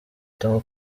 tom